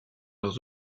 leurs